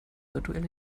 virtuell